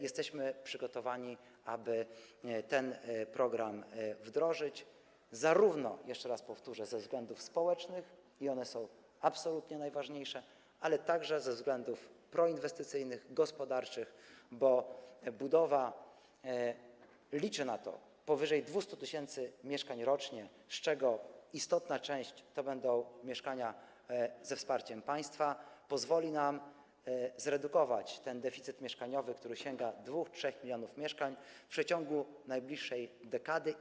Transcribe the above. Jesteśmy przygotowani na to, aby ten program wdrożyć zarówno - jeszcze raz to powtórzę - ze względów społecznych, one są absolutnie najważniejsze, jak i ze względów proinwestycyjnych, gospodarczych, bo budowa - liczę na to - powyżej 200 tys. mieszkań rocznie, z czego istotna część to będą mieszkania ze wsparciem państwa, pozwoli nam zredukować deficyt mieszkaniowy, który sięga 2–3 mln mieszkań, w przeciągu najbliższej dekady.